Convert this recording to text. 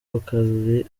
rukali